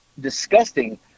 disgusting